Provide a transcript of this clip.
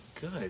good